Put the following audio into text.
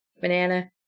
banana